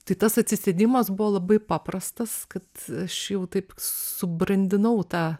tai tas atsisėdimas buvo labai paprastas kad aš jau taip subrandinau tą